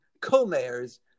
co-mayors